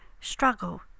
struggle